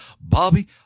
Bobby